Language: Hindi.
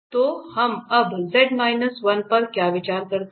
तो हम अब z 1 पर क्या विचार कर रहे हैं